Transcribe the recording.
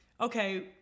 okay